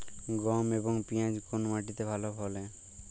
গম এবং পিয়াজ কোন মাটি তে ভালো ফলে?